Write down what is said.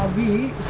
the